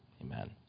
Amen